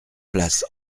place